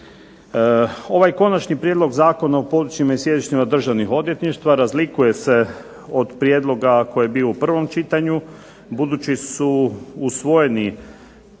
Ovaj Konačni prijedlog Zakona o područjima i sjedištima državnih odvjetništava razlikuje se od prijedloga koji je bio u prvom čitanju. Budući su usvojeni